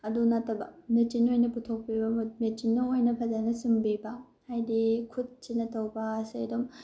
ꯑꯗꯨ ꯅꯠꯇꯕ ꯃꯦꯆꯤꯟꯅ ꯑꯣꯏꯅ ꯄꯨꯊꯣꯛꯄꯤꯕ ꯃꯦꯆꯤꯟꯅ ꯑꯣꯏꯅ ꯐꯖꯅ ꯁꯨꯝꯕꯤꯕ ꯍꯥꯏꯗꯤ ꯈꯨꯠꯁꯤꯅ ꯇꯧꯕꯁꯦ ꯑꯗꯨꯝ